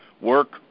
work